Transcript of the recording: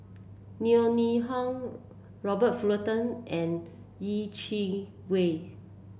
Yeo Ning Hong Robert Fullerton and Yeh Chi Wei